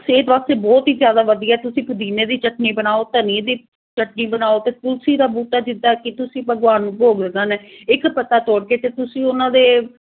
ਸਿਹਤ ਵਾਸਤੇ ਬਹੁਤ ਹੀ ਜ਼ਿਆਦਾ ਵਧੀਆ ਤੁਸੀਂ ਪੁਦੀਨੇ ਦੀ ਚਟਨੀ ਬਣਾਓ ਧਨੀਏ ਦੀ ਚਟਨੀ ਬਣਾਓ ਅਤੇ ਤੁਲਸੀ ਦਾ ਬੂਟਾ ਜਿੱਦਾਂ ਕਿ ਤੁਸੀਂ ਭਗਵਾਨ ਨੂੰ ਭੋਗ ਲਗਾਣਾ ਇੱਕ ਪੱਤਾ ਤੋੜ ਕੇ ਅਤੇ ਤੁਸੀਂ ਉਹਨਾਂ ਦੇ